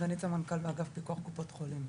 סגנית סמנכ"ל באגף פיתוח קופות חולים,